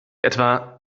etwa